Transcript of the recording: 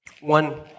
One